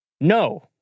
no